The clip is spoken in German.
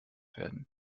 werden